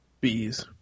Bees